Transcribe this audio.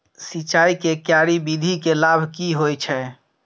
सिंचाई के क्यारी विधी के लाभ की होय छै?